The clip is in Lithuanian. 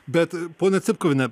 bet ponia cipkuviene